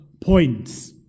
points